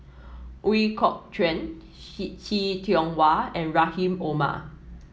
Ooi Kok Chuen See Tiong Wah and Rahim Omar